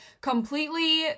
completely